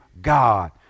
God